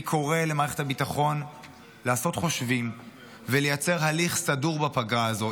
אני קורא למערכת הביטחון לעשות חושבים ולייצר הליך סדור בפגרה הזאת,